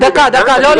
לא,